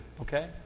okay